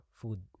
food